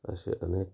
असे अनेक